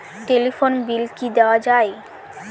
Telephone bill কি দেওয়া যায়?